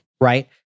Right